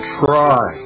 try